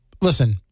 listen